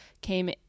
came